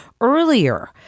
earlier